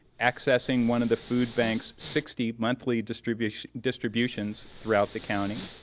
accessing one of the food bank's sixty monthly distributions distributions throughout the county,